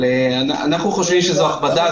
אנחנו חושבים שזו הכבדה,